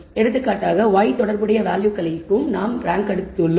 எடுத்துக்காட்டாக y தொடர்புடைய வேல்யூகளையும் நான் ரேங்க் அளித்துள்ளோம்